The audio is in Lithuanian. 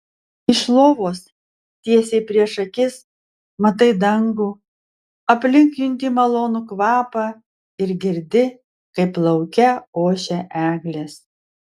iš lovos tiesiai prieš akis matai dangų aplink junti malonų kvapą ir girdi kaip lauke ošia eglės